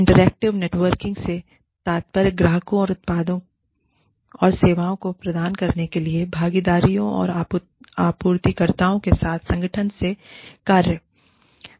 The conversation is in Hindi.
इंटरएक्टिव नेटवर्किंग से तात्पर्य ग्राहकों और उत्पादों और सेवाओं को प्रदान करने के लिए भागीदारों और आपूर्तिकर्ताओं के साथ संगठन के कार्य से है